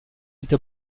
été